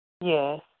Yes